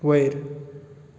वयर